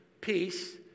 peace